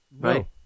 right